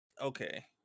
Okay